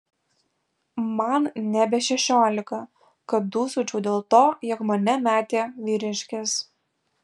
man nebe šešiolika kad dūsaučiau dėl to jog mane metė vyriškis